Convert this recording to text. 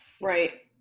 Right